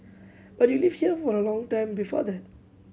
but you lived here for a long time before that